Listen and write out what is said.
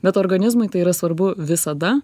bet organizmui tai yra svarbu visada